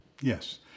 Yes